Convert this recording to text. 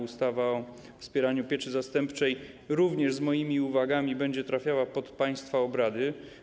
Ustawa o wspieraniu pieczy zastępczej również z moimi uwagami trafi pod państwa obrady.